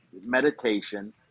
meditation